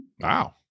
Wow